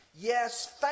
yes